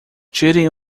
tire